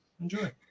Enjoy